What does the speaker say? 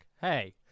Hey